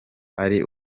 ari